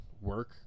work